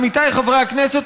עמיתיי חברי הכנסת,